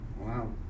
Wow